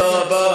תודה.